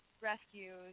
rescues